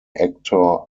actor